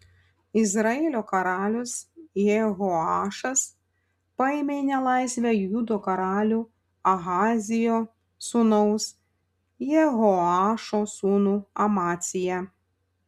izraelio karalius jehoašas paėmė į nelaisvę judo karalių ahazijo sūnaus jehoašo sūnų amaciją